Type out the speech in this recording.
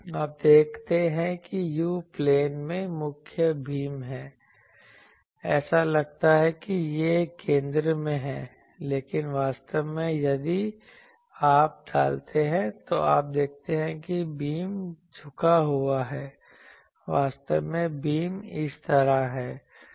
आप देखते हैं कि u प्लेन में मुख्य बीम है ऐसा लगता है कि यह केंद्र में है लेकिन वास्तव में यदि आप डालते हैं तो आप देखते हैं कि बीम झुका हुआ है वास्तव में बीम इस तरह है